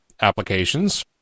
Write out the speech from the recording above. applications